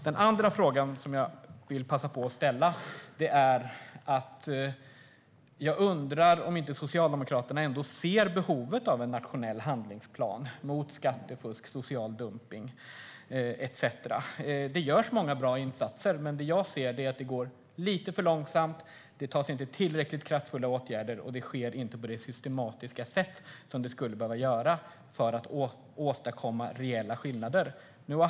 Den andra frågan som jag vill passa på att ställa är en undran om inte Socialdemokraterna ändå ser behovet av en nationell handlingsplan mot skattefusk, social dumpning etcetera. Det görs många bra insatser, men jag ser att det går lite för långsamt, att det inte vidtas tillräckligt kraftfulla åtgärder och att det inte sker på det systematiska sätt som det skulle behöva göra för att åstadkomma reella skillnader.